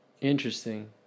Interesting